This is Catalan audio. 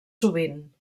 sovint